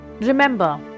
Remember